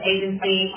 Agency